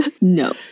No